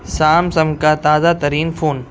Samsung کا تازہ ترین فون